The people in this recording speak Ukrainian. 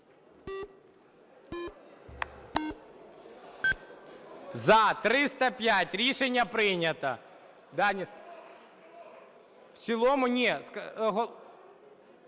За-305 Рішення прийнято.